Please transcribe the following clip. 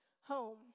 home